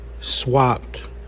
swapped